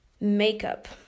Makeup